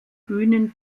bühnen